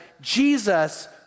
Jesus